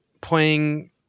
playing